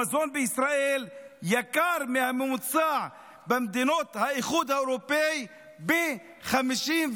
המזון בישראל יקר מהממוצע במדינות האיחוד האירופי ב-51%.